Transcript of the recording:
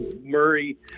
Murray